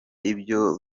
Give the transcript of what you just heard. ibyo